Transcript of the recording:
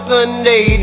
Sunday